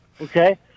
Okay